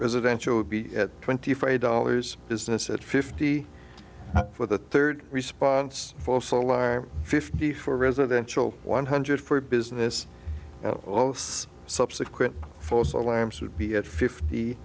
residential would be twenty five dollars business at fifty for the third response false alarm fifty for residential one hundred for business or else subsequent false alarms would be at fifty